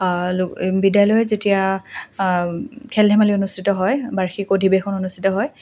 বিদ্যালয়ত যেতিয়া খেল ধেমালি অনুষ্ঠিত হয় বাৰ্ষিক অধিৱেশন অনুষ্ঠিত হয়